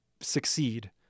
succeed